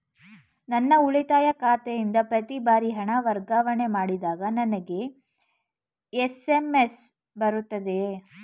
ನನ್ನ ಉಳಿತಾಯ ಖಾತೆಯಿಂದ ಪ್ರತಿ ಬಾರಿ ಹಣ ವರ್ಗಾವಣೆ ಮಾಡಿದಾಗ ನನಗೆ ಎಸ್.ಎಂ.ಎಸ್ ಬರುತ್ತದೆಯೇ?